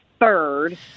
third